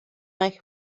eich